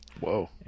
Whoa